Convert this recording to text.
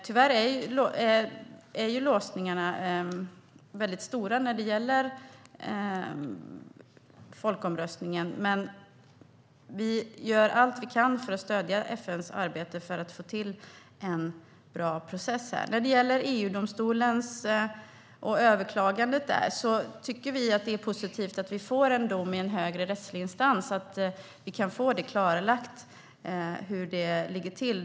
Tyvärr är låsningarna stora när det gäller folkomröstningen. Men vi gör allt vi kan för att stödja FN:s arbete för att få till en bra process. När det gäller EU-domstolen och överklagandet tycker vi att det är positivt att vi får en dom i en högre rättslig instans så att vi kan få det hela klarlagt och veta hur det ligger till.